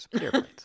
airplanes